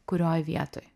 kurioj vietoj